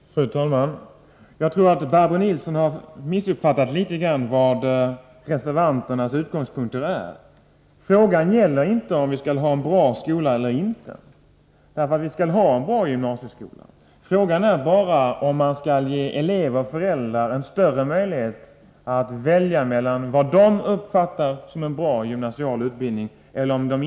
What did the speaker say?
Fru talman! Jag tror att Barbro Nilsson i Örnsköldsvik litet grand har missuppfattat reservanternas utgångspunkter. Frågan gäller inte om vi skall ha en bra skola eller inte. Det är klart att vi skall ha en bra gymnasieskola, Frågan är bara om vi skall ge elever och föräldrar en större möjlighet att välja vad de uppfattar som en bra gymnasial utbildning.